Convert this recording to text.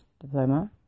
diploma